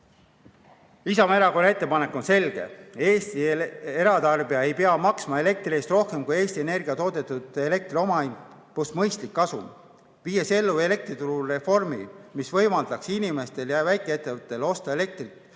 Isamaa erakonna ettepanek on selge: Eesti eratarbija ei pea maksma elektri eest rohkem, kui on Eesti Energia toodetud elektri omahind + mõistlik kasum. Viies ellu elektriturul reformi, mis võimaldaks inimestel ja väikeettevõtetel osta elektrit